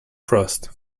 frost